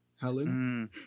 helen